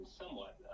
somewhat